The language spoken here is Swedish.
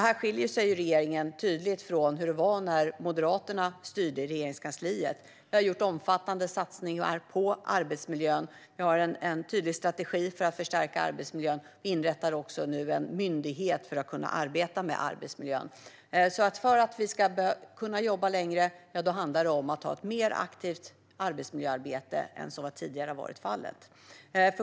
Här skiljer sig regeringen tydligt från hur det var när Moderaterna styrde i Regeringskansliet. Vi har gjort omfattande satsningar på arbetsmiljön. Vi har en tydlig strategi för att förstärka arbetsmiljön. Vi inrättar nu också en myndighet för att kunna arbeta med arbetsmiljön. För att vi ska kunna jobba längre krävs det ett mer aktivt arbetsmiljöarbete än vi haft tidigare.